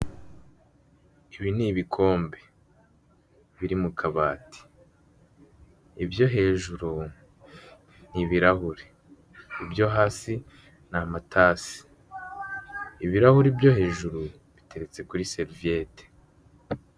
Ibi ni ibikombe biri mu kabati ibyo hejuru ni ibirahure, ibyo hasi ni amatasi, ibirahure byo hejuru biteretse kuri seriviyete.